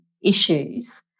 issues